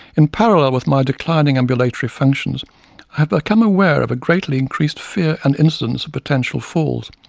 in parallel with my declining ambulatory functions, i have become aware of a greatly increased fear and incidence of potential falls,